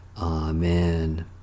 Amen